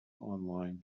online